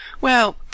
Well